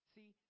See